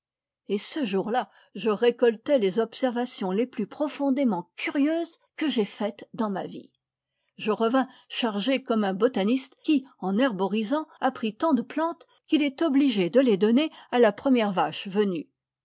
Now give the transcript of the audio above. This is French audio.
et ce jour-là je récoltai les observations les plus profondément curieuses que j'aie faites dans ma vie je revins chargé comme un botaniste qui en herborisant a pris tant de plantes qu'il est obligé de les donner à la première vache venue